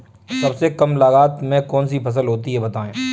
सबसे कम लागत में कौन सी फसल होती है बताएँ?